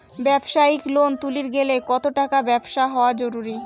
ব্যবসায়িক লোন তুলির গেলে কতো টাকার ব্যবসা হওয়া জরুরি?